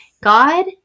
God